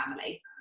family